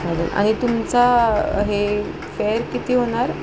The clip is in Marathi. चालेल आणि तुमचा हे फेअर किती होणार